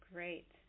Great